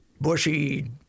bushy